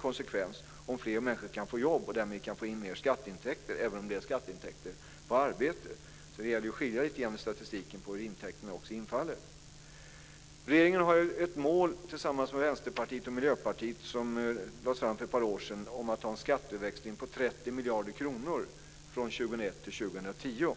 konsekvens om fler människor kan få jobb och vi därmed kan få in skatteintäkter, även om det är skatteintäkter på arbete. Det gäller att skilja lite i statistiken på hur intäkterna infaller. Regeringen har ett mål tillsammans med Vänsterpartiet och Miljöpartiet som lades fram för ett par år sedan om att ha en skatteväxling på 30 miljarder kronor från 2001 till 2010.